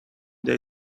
they